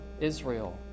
Israel